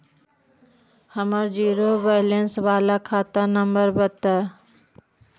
हमर zero balance बाला खाता नम्बर बत?